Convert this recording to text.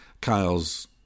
kyle's